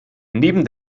neben